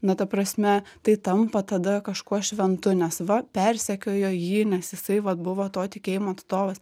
na ta prasme tai tampa tada kažkuo šventu nes va persekiojo jį nes jisai vat buvo to tikėjimo atstovas